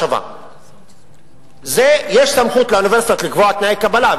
לשנים 2008 2009. ממצאי הדוח רחוקים מלהיות מעודדים,